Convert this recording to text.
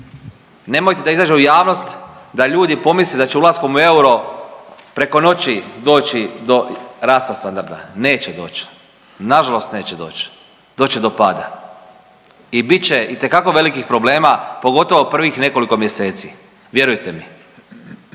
Nemojte da izađe u javnost da ljudi pomisle da će ulaskom u euro preko noći doći do rasta standarda, neće doći, nažalost neće doći, doći će do pada i bit će itekako velikih problema pogotovo prvih nekoliko mjeseci, vjerujte mi.